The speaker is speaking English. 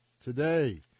today